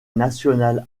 national